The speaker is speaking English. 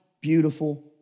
beautiful